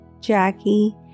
Jackie